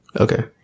Okay